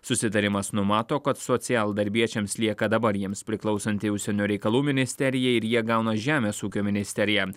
susitarimas numato kad socialdarbiečiams lieka dabar jiems priklausanti užsienio reikalų ministerija ir jie gauna žemės ūkio ministeriją